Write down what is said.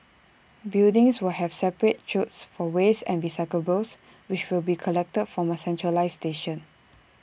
buildings will have separate chutes for waste and recyclables which will be collected from A centralised station